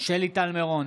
שלי טל מירון,